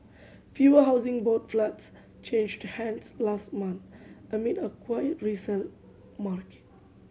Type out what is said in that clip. fewer Housing Board flats changed hands last month amid a quiet resale market